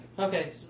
Okay